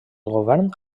govern